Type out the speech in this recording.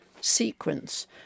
sequence